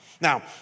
Now